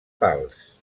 pals